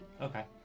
Okay